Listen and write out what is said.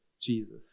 Jesus